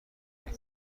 کنیم